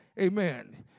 Amen